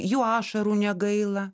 jų ašarų negaila